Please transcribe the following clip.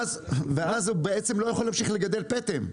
ואז הוא לא יכול להמשיך לגדל פטם.